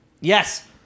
Yes